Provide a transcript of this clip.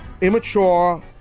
immature